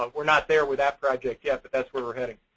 ah we're not there with that project, yet, but that's where we're heading.